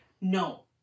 No